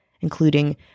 including